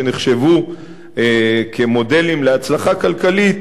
שנחשבו כמודלים להצלחה כלכלית,